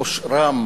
אושרם